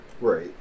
Right